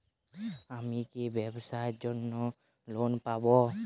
আমি কি ব্যবসার জন্য লোন পাব?